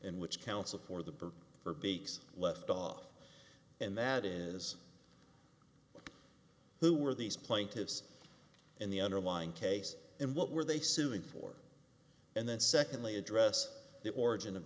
in which counsel for the better for bakes left off and that is who were these plaintiffs in the underlying case and what were they suing for and then secondly address the origin of